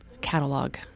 catalog